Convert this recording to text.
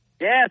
Yes